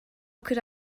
could